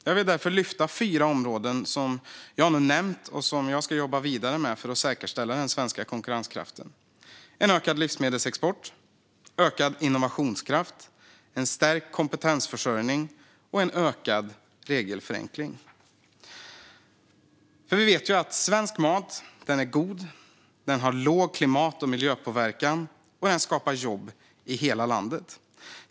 Jag vill därför lyfta fram fyra områden som jag nu ska jobba vidare med för att säkerställa den svenska konkurrenskraften: ökad livsmedelsexport, ökad innovationskraft, stärkt kompetensförsörjning och ökad regelförenkling. Vi vet att svensk mat är god, har låg klimat och miljöpåverkan och skapar jobb i hela landet.